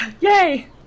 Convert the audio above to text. yay